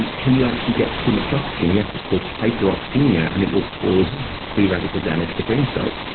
and can you actually get too much oxygen? yes, it's called hyperoxemia, and it will cause free radical damage to brain cells.